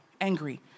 angry